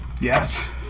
Yes